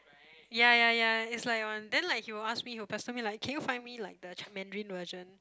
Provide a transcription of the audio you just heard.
ya ya ya is like one then like he will ask me he'll pester me like can you like find me like the Chi~ Mandarin version